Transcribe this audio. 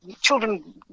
children